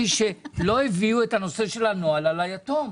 שלא הביאו את הנושא של הנוהל על היתום.